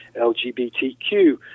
LGBTQ